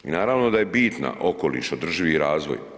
I naravno da je bitna okoliš, održivi razvoj.